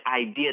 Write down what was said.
idea